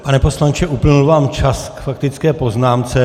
Pane poslanče, uplynul vám čas k faktické poznámce.